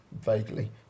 vaguely